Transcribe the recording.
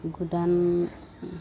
गोदान